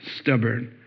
stubborn